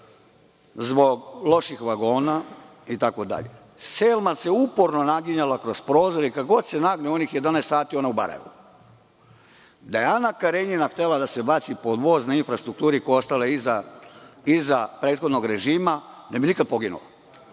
zbog loših vagona? Selma se uporno naginjala kroz prozor i kada god se nagne, za onih 11 sati ona je u Barajevu. Da je Ana Karenjina htela da se baci pod voz na infrastrukturi koja je ostala iza prethodnog režima ne bi nikada poginula.